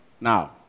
now